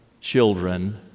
children